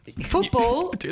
Football